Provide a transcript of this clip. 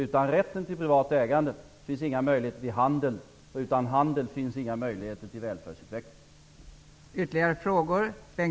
Utan rätt till privat ägande, finns inga möjligheter till handel, och utan handel finns inga möjligheter till välfärdsutveckling.